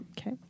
Okay